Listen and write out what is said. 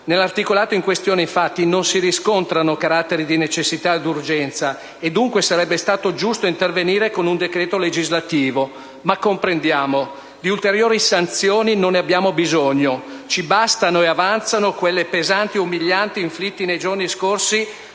Nell'articolato in questione, infatti, non si riscontrano carattere di necessità ed urgenza e dunque sarebbe stato giusto intervenire con un decreto legislativo. Ma comprendiamo, di ulteriori sanzioni non ne abbiamo bisogno, ci bastano e avanzano quelle pesanti e umilianti inflitte nei giorni scorsi